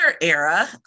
era